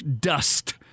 dust